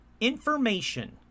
Information